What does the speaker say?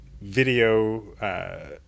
video